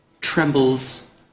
trembles